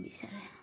বিচাৰে